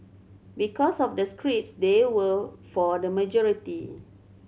because of the scripts they were for the majority